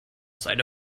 seine